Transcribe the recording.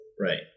Right